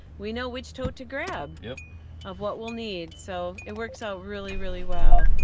we know which tote to grab, yeah of what we'll need, so it works out really, really well.